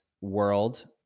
world